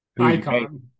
Icon